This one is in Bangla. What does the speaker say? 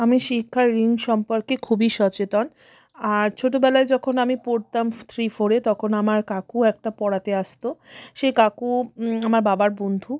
আমি শিক্ষা ঋণ সম্পর্কে খুবই সচেতন আর ছোটবেলায় যখন আমি পড়তাম থ্রি ফোরে তখন আমার কাকু একটা পড়াতে আসতো সেই কাকু আমার বাবার বন্ধু